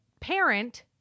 parent